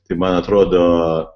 tai man atrodo